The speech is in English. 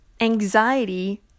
Anxiety